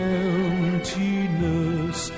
emptiness